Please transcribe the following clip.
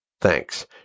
Thanks